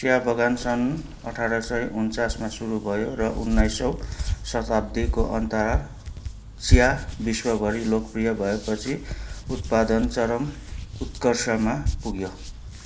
चिया बगान सन् अठार सय उनन्चासमा सुरु भयो र उन्नाइसौँ शताब्दीको अन्ततिर चिया विश्वभर लोकप्रिय भएपछि उत्पादन चरम उत्कर्षमा पुग्यो